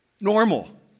Normal